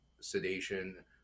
sedation